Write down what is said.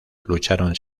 lucharon